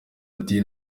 ati